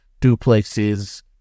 duplexes